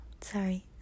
sorry